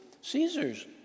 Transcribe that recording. Caesar's